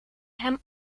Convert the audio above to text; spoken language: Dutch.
hem